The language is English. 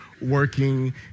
working